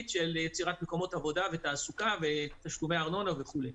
של יצירת מקומות עבודה ותעסוקה ותשלומי ארנונה וכולי.